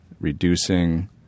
reducing